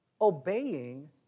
Obeying